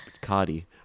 cardi